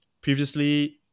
previously